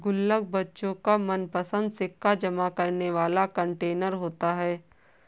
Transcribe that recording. गुल्लक बच्चों का मनपंसद सिक्का जमा करने वाला कंटेनर होता है